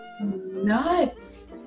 Nuts